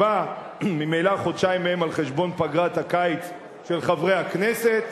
שממילא חודשיים מהם הם על-חשבון פגרת הקיץ של חברי הכנסת,